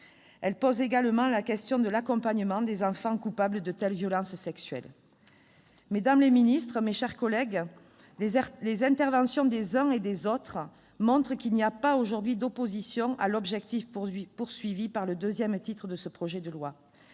Elles posent également la question de l'accompagnement des enfants coupables de telles violences sexuelles. Madame la garde des sceaux, madame la secrétaire d'État, mes chers collègues, les interventions des uns et des autres montrent qu'il n'y a pas aujourd'hui d'opposition à l'objectif fixé par le deuxième titre de ce projet de loi.